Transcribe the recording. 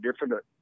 different